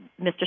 Mr